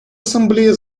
ассамблея